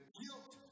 guilt